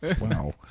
Wow